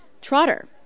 Trotter